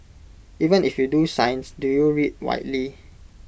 even if you do science do you read widely